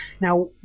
Now